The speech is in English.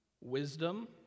wisdom